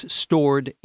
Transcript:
stored